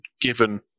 given